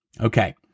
Okay